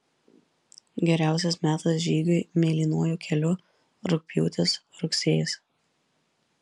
geriausias metas žygiui mėlynuoju keliu rugpjūtis rugsėjis